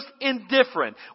indifferent